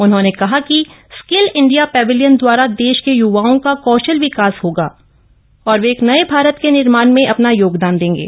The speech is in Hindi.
उन्होंने कहाँ कि स्किल इंडियाँ पैवेलियन दवाप्राः देश के य्व ओं क कौशल विकास होग और वे एक नए भारत के निर्माण में अपन योगदाम देंगे